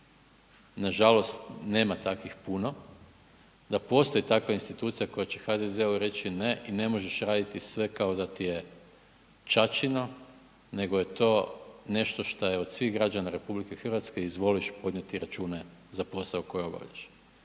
Nažalost, nema takvih puno da postoji takva institucija koja će HDZ-u reći ne i ne možeš raditi sve kao da ti je ćaćino nego je to nešto šta je od svih građana RH, izvoliš podnijeti račune za posao koji obavljaš.